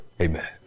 amen